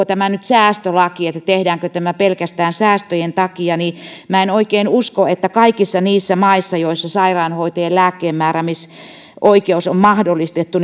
tämä nyt säästölaki tehdäänkö tämä pelkästään säästöjen takia niin minä en oikein usko että kaikissa niissä maissa joissa sairaanhoitajien lääkkeenmääräämisoikeus on mahdollistettu